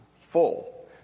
full